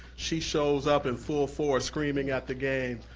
she shows up in full force, screaming at the game,